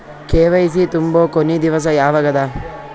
KYC ತುಂಬೊ ಕೊನಿ ದಿವಸ ಯಾವಗದ?